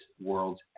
world's